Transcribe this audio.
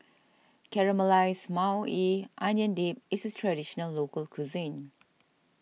Caramelized Maui Onion Dip is a Traditional Local Cuisine